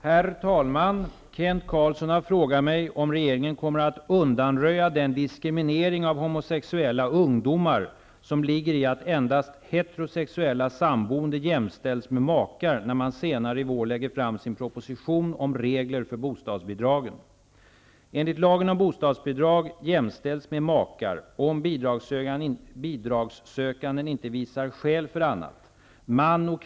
Herr talman! Kent Carlsson har frågat mig om regeringen kommer att undanröja den diskriminering av homosexuella ungdomar som ligger i att endast heterosexuella samboende jämställs med makar när den senare i vår lägger fram sin proposition om regler för bostadsbidragen.